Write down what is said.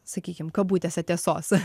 sakykim kabutėse tiesos